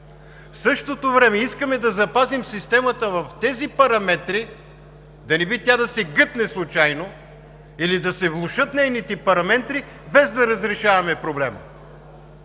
В същото време искаме да запазим системата в тези параметри – да не би тя да се гътне случайно или да се влошат нейните параметри, без да разрешаваме проблема.